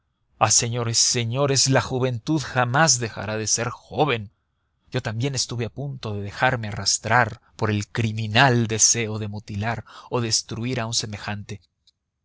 señores señores la juventud jamás dejará de ser joven yo también estuve a punto de dejarme arrastrar por el criminal deseo de mutilar o destruir a un semejante